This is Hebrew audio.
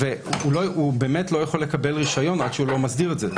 והוא באמת לא יכול לקבל רישיון עד שהוא לא מסדיר את זה,